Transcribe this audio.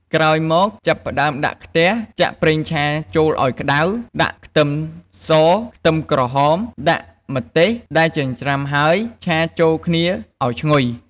ក្រោយមកចាប់ផ្តើមដាក់ខ្ទះចាក់ប្រេងឆាចូលឱ្យក្ដៅ ដាក់ខ្ទឹមស ខ្ទឹមក្រហម ដាក់ម្ទេសដែលចិញ្រ្ចាំហើយឆាចូលគ្នាឱ្យឈ្ងុយ។